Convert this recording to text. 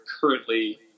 currently